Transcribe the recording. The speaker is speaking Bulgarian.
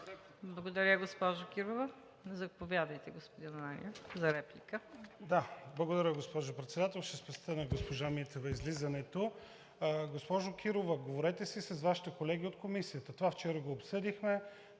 Благодаря, госпожо Кирова. Заповядайте, господин Ананиев, за реплика. ДОКЛАДЧИК НАСТИМИР АНАНИЕВ: Благодаря, госпожо Председател. Ще спестя на госпожа Митева излизането. Госпожо Кирова, говорете си с Вашите колеги от Комисията. Това вчера го обсъдихме.